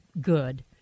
good